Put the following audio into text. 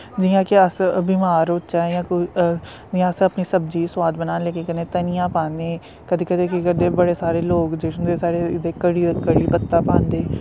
जि'यां कि अस बमार होच्चै जां कोई जां अस अपनी सब्जी च सोआद बनाने लेई कदें धनियां पान्ने कदें कदें केह् करदे बड़े सारे लोग जेह्ड़े होंदे साढ़े इत्थै कढ़ी पत्ता पांदे न